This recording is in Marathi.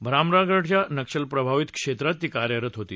भामरागडच्या नक्षलप्रभावित क्षेत्रात ती कार्यरत होती